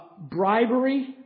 Bribery